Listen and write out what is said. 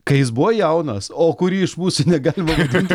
kai jis buvo jaunas o kurį iš mūsų negalima vadinti